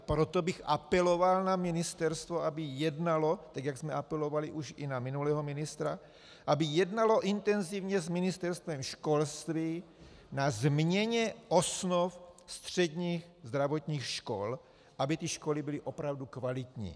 Proto bych apeloval na ministerstvo, aby jednalo, tak jak jsme apelovali už i na minulého ministra, aby jednalo intenzivně s Ministerstvem školství o změně osnov středních zdravotních škol, aby ty školy byly opravdu kvalitní.